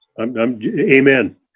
Amen